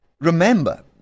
Remember